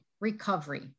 recovery